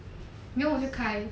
then 我就开